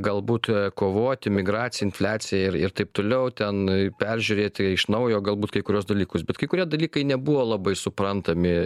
galbūt kovoti migracija infliacija ir ir taip toliau ten peržiūrėti iš naujo galbūt kai kuriuos dalykus bet kai kurie dalykai nebuvo labai suprantami